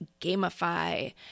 gamify